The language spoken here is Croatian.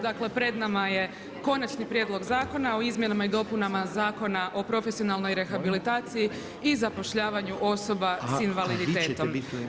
Dakle pred nama je Konačni prijedlog Zakona o izmjenama i dopunama Zakona o profesionalnoj rehabilitaciji i zapošljavanju osoba s invaliditetom.